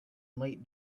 late